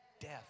death